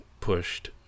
pushed